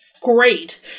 great